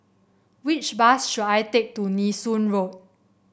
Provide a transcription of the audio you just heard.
which bus should I take to Nee Soon Road